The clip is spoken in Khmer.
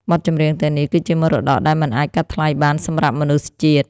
បទចម្រៀងទាំងនេះ គឺជាមរតកដែលមិនអាចកាត់ថ្លៃបានសម្រាប់មនុស្សជាតិ។